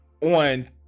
on